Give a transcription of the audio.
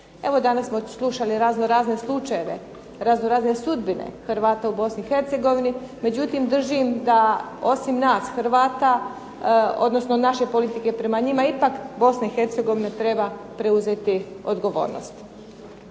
Evo danas smo slušali razno razne slučajeve, razno razne sudbine Hrvata u Bosni i Hercegovini. Međutim, držim da osim nas Hrvata odnosno naše politike prema njima ipak Bosna i Hercegovina treba preuzeti odgovornost.